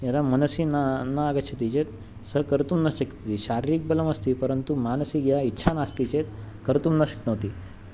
यदा मनसि न न आगच्छति चेत् सः कर्तुं न शक्यते शारीरिकं बलमस्ति परन्तु मानसिकी या इच्छा नास्ति चेत् कर्तुं न शक्नोति